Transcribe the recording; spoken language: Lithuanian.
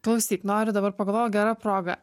klausyk noriu dabar pagalvoju gera proga